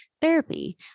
therapy